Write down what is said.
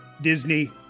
Disney